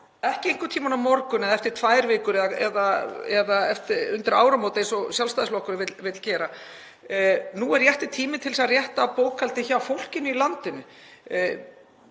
ekki einhvern tímann á morgun eða eftir tvær vikur eða undir áramót eins og Sjálfstæðisflokkurinn vill gera, er rétti tíminn til þess að rétta af bókhaldið hjá fólkinu í landinu.